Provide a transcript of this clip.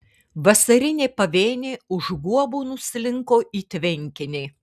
vasarinė pavėnė už guobų nuslinko į tvenkinį